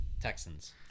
Texans